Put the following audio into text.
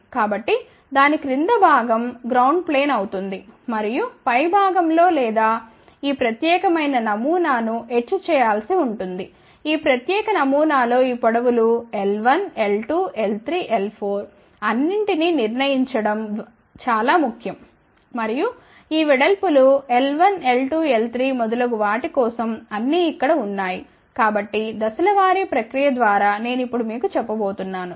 కాబట్టి దాని క్రింది భాగం గ్రౌండ్ ప్లేన్ అవుతుంది మరియు పైభాగం లో లేదా ఈ ప్రత్యేకమైన నమూనా ను ఎట్చ్ చేయాల్సి ఉంటుంది ఈ ప్రత్యేక నమూనా లో ఈ పొడవులు l1l2l3l4 అన్నింటినీ నిర్ణయించడం చాలా ముఖ్యం మరియు ఈ వెడల్పులు l1l2l3 మొదలగు వాటి కోసం అన్నీ ఇక్కడ ఉన్నాయి కాబట్టి దశల వారీ ప్రక్రియ ద్వారా నేను ఇప్పుడు మీకు చెప్పబోతున్నాను